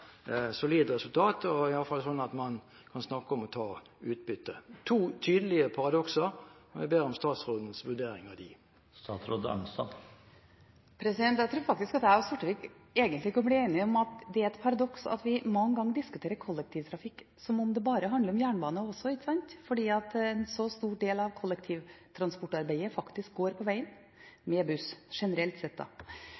solid resultat, iallfall sånn at man kan snakke om å ta utbytte. Det er to tydelige paradokser, og jeg ber om statsrådens vurdering av dem. Jeg tror faktisk at jeg og Sortevik egentlig kunne bli enige om at det er et paradoks at vi mange ganger diskuterer kollektivtrafikk som om det bare handler om jernbane, fordi at en så stor del av kollektivtransportarbeidet faktisk foregår på veien